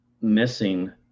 missing